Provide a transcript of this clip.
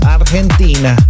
Argentina